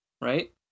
right